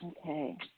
Okay